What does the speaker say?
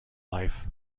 life